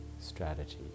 Strategy